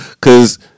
Cause